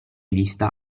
vista